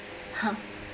ha